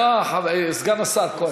לך, לך, סגן השר כהן.